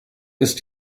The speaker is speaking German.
ist